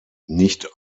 nicht